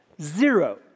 zero